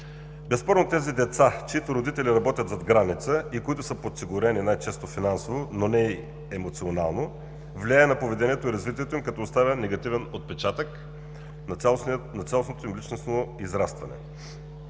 Безспорно тези деца, чиито родители работят зад граница, и които са подсигурени най-често финансово, но не и емоционално, влияе на поведението и развитието им, като оставя негативен отпечатък на цялостното им и личностно израстване.